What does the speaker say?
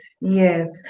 yes